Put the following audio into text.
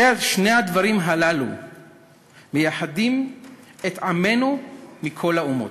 שני הדברים הללו מייחדים את עמנו מכל האומות.